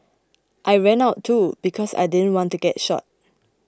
I ran out too because I didn't want to get shot